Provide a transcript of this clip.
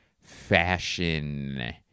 fashion